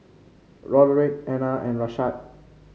Roderic Ena and Rashaad